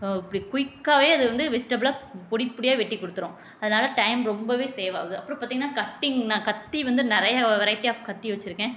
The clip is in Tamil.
இப்படி குயிக்காவே இது வெஜிடபிளை பொடி பொடியாக வெட்டி குடுத்துடும் அதனால் டைம் ரொம்பவே சேவ் ஆகுது அப்புறம் பார்த்தீங்கன்னா கட்டிங்னா கத்தி வந்து நிறைய வெரைட்டி ஆஃப் கத்தி வச்சுருக்கேன்